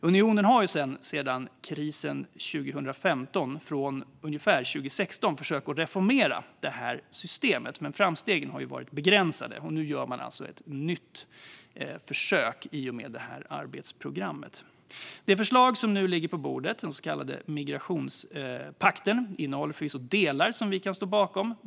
Unionen har efter krisen 2015, sedan 2016 ungefär, försökt reformera asylsystemet. Men framstegen har varit begränsade, och nu gör man alltså ett nytt försök i och med detta arbetsprogram. Det förslag som nu ligger på bordet, den så kallade migrationspakten, innehåller förvisso delar som vi kan stå bakom.